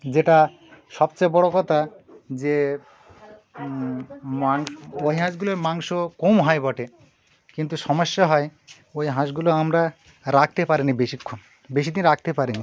যেটা সবচেয়ে বড় কথা যে মাং ওই হাঁসগুলোর মাংস কম হয় বটে কিন্তু সমস্যা হয় ওই হাঁসগুলো আমরা রাখতে পারিনি বেশিক্ষণ বেশি দিন রাখতে পারিনি